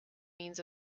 means